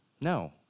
No